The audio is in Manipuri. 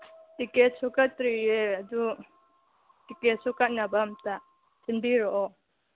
ꯇꯤꯛꯀꯦꯠꯁꯨ ꯀꯛꯇ꯭ꯔꯤꯌꯦ ꯑꯗꯨ ꯇꯤꯛꯀꯦꯠꯁꯨ ꯀꯛꯅꯕ ꯑꯝꯇ ꯁꯤꯟꯕꯤꯔꯛꯑꯣ